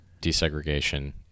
desegregation